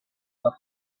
una